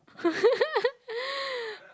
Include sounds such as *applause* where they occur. *laughs*